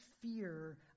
fear